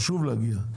חשוב להגיע,